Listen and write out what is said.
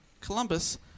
Columbus